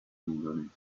indonesia